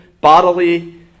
bodily